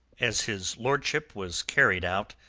as his lordship was carried out,